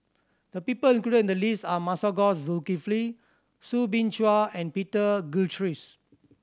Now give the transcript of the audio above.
the people included in the list are Masagos Zulkifli Soo Bin Chua and Peter Gilchrist